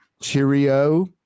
Cheerio